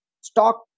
stock